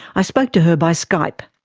i spoke to her by skype.